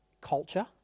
culture